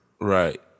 Right